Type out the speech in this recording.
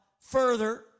further